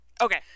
okay